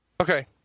Okay